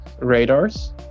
radars